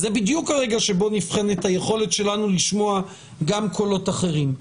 זה בדיוק הרגע שבו נבחנת היכולת שלנו לשמוע גם קולות אחרים.